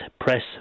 press